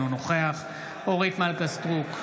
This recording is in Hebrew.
אינו נוכח אורית מלכה סטרוק,